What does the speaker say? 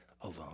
alone